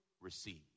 receive